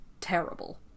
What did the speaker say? terrible